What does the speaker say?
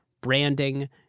branding